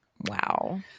Wow